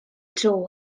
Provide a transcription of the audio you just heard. dro